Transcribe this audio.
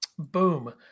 Boom